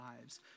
lives